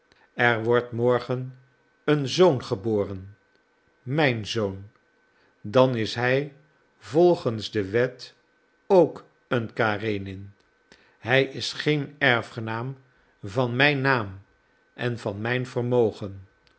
en wordt morgen een zoon geboren mijn zoon dan is hij volgens de wet ook een karenin hij is geen erfgenaam van mijn naam en van mijn vermogen